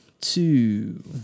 two